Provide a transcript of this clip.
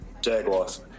Jaguars